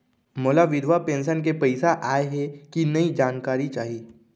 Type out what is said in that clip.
मोला विधवा पेंशन के पइसा आय हे कि नई जानकारी चाही?